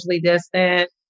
distant